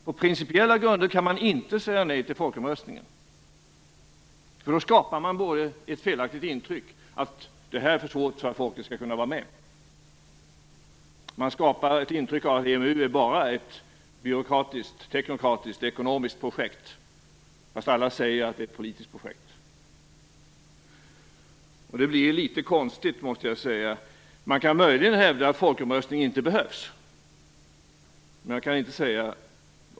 På principiella grunder kan man inte säga nej till folkomröstningen, för då skapar man både ett felaktigt intryck av att det är för svårt för att folket skall kunna vara med och ett intryck av att EMU bara är ett byråkratiskt, teknokratiskt och ekonomiskt projekt, fastän alla säger att det är ett politiskt projekt. Det blir litet konstigt. Man kan möjligen säga att folkomröstning inte behövs.